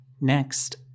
Next